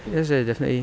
yes eh definitely